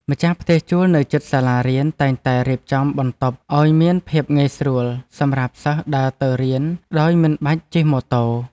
ម្ចាស់ផ្ទះជួលនៅជិតសាលារៀនតែងតែរៀបចំបន្ទប់ឱ្យមានភាពងាយស្រួលសម្រាប់សិស្សដើរទៅរៀនដោយមិនបាច់ជិះម៉ូតូ។